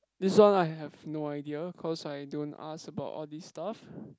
this one I have no idea cause I don't ask about all this stuff